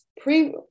pre